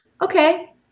okay